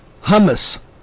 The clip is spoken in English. hummus